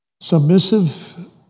submissive